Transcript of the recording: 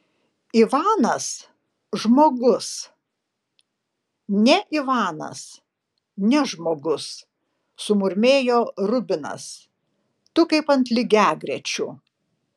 ivanas žmogus ne ivanas ne žmogus sumurmėjo rubinas tu kaip ant lygiagrečių